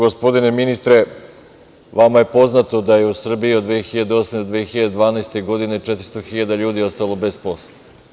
Gospodine ministre, vama je poznato da je u Srbiji od 2008, 2012. godine 400.000 ljudi ostalo bez posla.